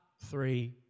three